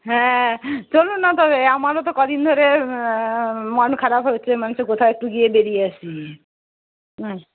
হ্যাঁ চলুন না তবে আমারও তো ক দিন ধরে মন খারাপ হয়েছে মনে হচ্ছে কোথাও একটু গিয়ে বেড়িয়ে আসি হ্যাঁ